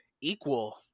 equal